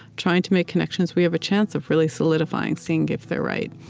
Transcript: trying to make connections, we have a chance of really solidifying, seeing if they're right.